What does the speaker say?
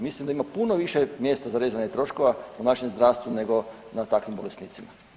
Mislim da ima puno više mjesta za rezanje troškova u našem zdravstvu nego na takvim bolesnicima.